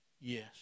yes